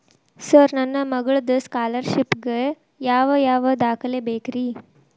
Sir ನನ್ನ ಮಗ್ಳದ scholarship ಗೇ ಯಾವ್ ಯಾವ ದಾಖಲೆ ಬೇಕ್ರಿ?